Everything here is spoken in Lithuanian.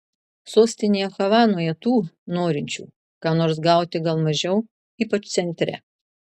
sostinėje havanoje tų norinčių ką nors gauti gal mažiau ypač centre